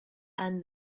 and